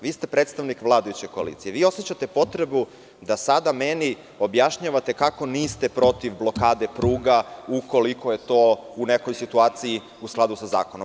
Vi ste predstavnik vladajuće koalicije, vi osećate potrebu da sada meni objašnjavate kako niste protiv blokade pruga ukoliko je to u nekoj situaciji u skladu sa zakonom.